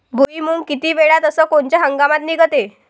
भुईमुंग किती वेळात अस कोनच्या हंगामात निगते?